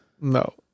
No